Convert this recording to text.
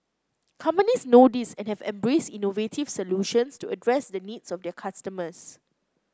companies know this and have embraced innovative solutions to address the needs of their customers